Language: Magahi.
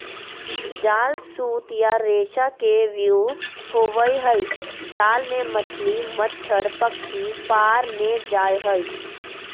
जाल सूत या रेशा के व्यूह होवई हई जाल मे मछली, मच्छड़, पक्षी पार नै जा हई